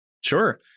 Sure